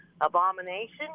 abomination